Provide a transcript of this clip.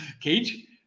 Cage